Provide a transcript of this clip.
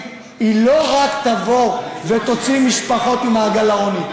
לא רק תבוא ותוציא משפחות ממעגל העוני,